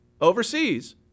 overseas